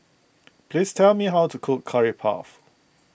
please tell me how to cook Curry Puff